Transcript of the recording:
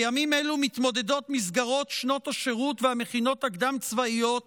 בימים אלו מתמודדות מסגרות שנות השירות והמכינות הקדם-צבאיות